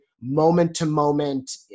moment-to-moment